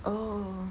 orh